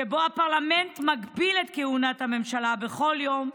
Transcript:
שבו הפרלמנט מגביל את כהונת הממשלה בכל יום,